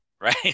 Right